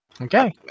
Okay